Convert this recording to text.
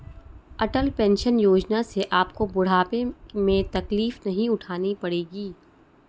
अटल pension Yojana से आपको बुढ़ापे में तकलीफ नहीं उठानी पड़ेगी